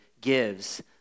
gives